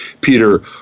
Peter